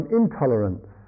intolerance